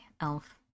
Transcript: Elf